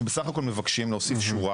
אנחנו בסך הכל מבקשים להוסיף שורה